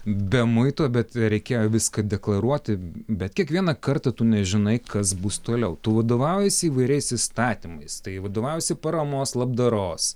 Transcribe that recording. be muito bet reikėjo viską deklaruoti bet kiekvieną kartą tu nežinai kas bus toliau tu vadovaujiesi įvairiais įstatymais tai vadovaujiesi paramos labdaros